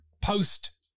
post